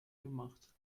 gemacht